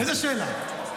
איזו שאלה?